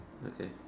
okay